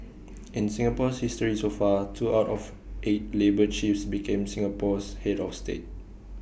in Singapore's history so far two out of eight labour chiefs became Singapore's Head of state